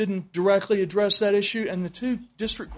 didn't directly address that issue and the two district